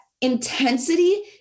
intensity